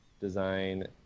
design